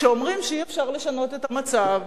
כשאומרים שאי-אפשר לשנות את המצב,